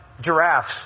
giraffes